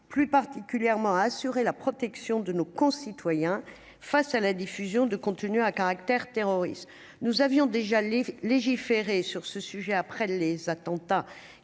plus particulièrement à assurer la protection de nos concitoyens face à la diffusion de contenus à caractère terroriste, nous avions déjà les légiférer sur ce sujet après les attentats